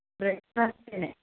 ബ്രേക്ക്ഫാസ്റ്റിന്